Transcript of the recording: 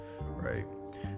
right